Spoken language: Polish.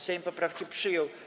Sejm poprawki przyjął.